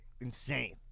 insane